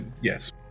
Yes